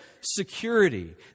security